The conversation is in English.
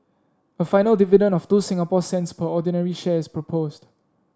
a final dividend of two Singapore cents per ordinary share is proposed